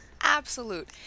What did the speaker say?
absolute